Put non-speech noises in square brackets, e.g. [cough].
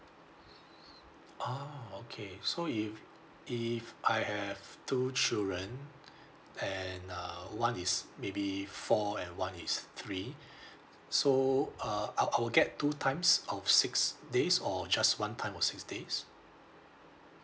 [noise] ah okay so if if I have two children and uh one is maybe four and one is three [breath] s~ so uh I I will get two times of six days or just one time of six days